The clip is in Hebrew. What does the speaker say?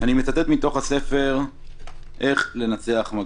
אני מצטט מתוך הספר "איך לנצח מגפה".